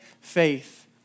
faith